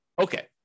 Okay